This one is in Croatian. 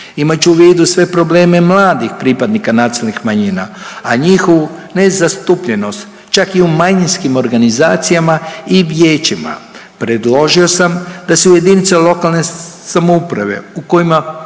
Imajući u vidu sve probleme mladih pripadnika nacionalnih manjina, a njihovu nezastupljenost, čak i u manjinskim organizacijama i vijećima predložio sam da se u jedinice lokalne samouprave u kojima